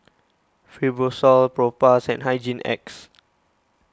Fibrosol Propass and Hygin X